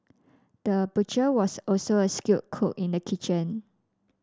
the butcher was also a skilled cook in the kitchen